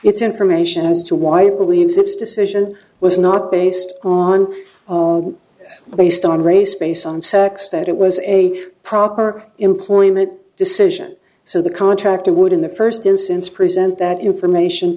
its information as to why it believes its decision was not based on waste on race based on circs that it was a proper employment decision so the contractor would in the first instance present that information